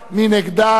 מי נגדה?